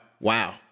Wow